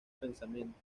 pensamiento